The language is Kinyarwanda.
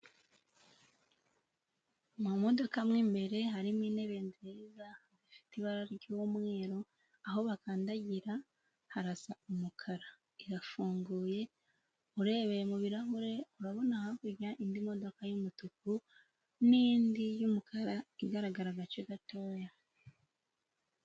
Mu modoka mo mbere harimo intebe nziza, ifite ibara ry'umweru, aho bakandagira harasa umukara irafunguye, urebeye mubirahure urabona hakurya indi modoka y'umutuku n'indi y'umukara igaragara agace gatoya.